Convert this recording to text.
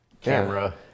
camera